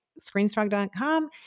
ScreenStrong.com